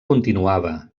continuava